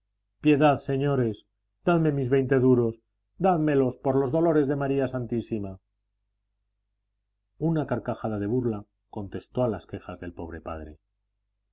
piedad señores dadme mis veinte duros dádmelos por los dolores de maría santísima una carcajada de burla contestó a las quejas del pobre padre